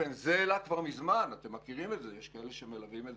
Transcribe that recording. נישא על כפיים והוא לא פראייר והוא לא נפגע מזה שהוא משרת במילואים.